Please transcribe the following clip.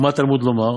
ומה תלמוד לומר,